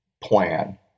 plan